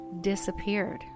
disappeared